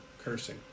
cursing